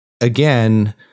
again